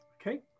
Okay